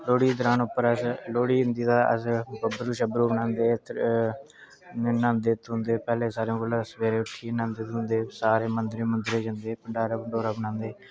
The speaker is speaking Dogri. लोह्ड़ी त्रैन उप्पर अस लोह्ड़ी होंदी ते अस बब्बरू शब्बरु बनांदे ते न्हांदे धोंदे पैह्लें सारें कोला सवेरै उट्ठियै पैह्लें न्हांदे न्हुंदे सारें मंदरें मुंदरें जंदे भंडारा भंडुरा बनांदे